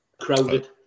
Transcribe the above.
crowded